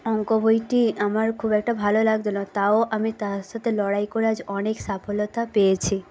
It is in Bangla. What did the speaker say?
অঙ্ক বইটি আমার খুব একটা ভালো লাগতো না তাও আমি তার সাথে লড়াই করে আজ অনেক সফলতা পেয়েছি